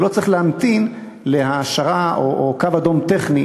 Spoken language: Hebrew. ולא צריך להמתין להעשרה או לקו אדום טכני